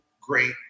great